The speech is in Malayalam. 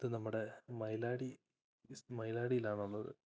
ഇത് നമ്മുടെ മൈലാടി മൈലാടിയിലാണുള്ളത്